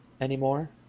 anymore